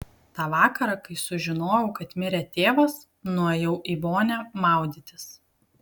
tą vakarą kai sužinojau kad mirė tėvas nuėjau į vonią maudytis